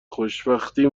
خوشبختی